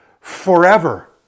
forever